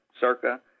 Circa